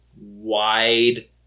wide